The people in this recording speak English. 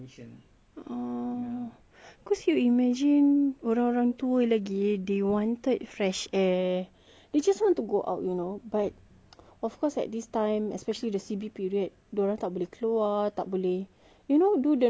cause you imagine orang-orang tua lagi they wanted fresh air they just want to go out you know but of course at this time especially the C_B period dia orang tak boleh keluar tak boleh you know do the normal stuff like even going down